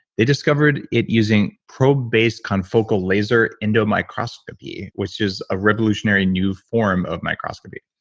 they discovered it using probe-based confocal laser endomicroscopy, which is a revolutionary new form of microscopy.